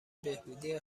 بهبودی